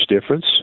difference